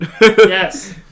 Yes